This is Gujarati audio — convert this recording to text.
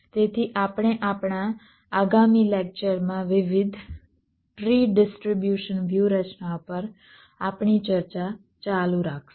તેથી આપણે આપણા આગામી લેકચરમાં વિવિધ ટ્રી ડીસ્ટ્રીબ્યુશન વ્યૂહરચનાઓ પર આપણી ચર્ચા ચાલુ રાખશું